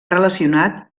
relacionat